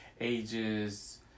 ages